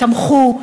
תמכו,